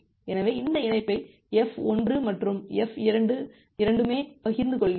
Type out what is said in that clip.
எனவே இந்த இணைப்பை F1 மற்றும் F2 இரண்டுமே பகிர்ந்து கொள்கின்றன